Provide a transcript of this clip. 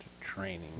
training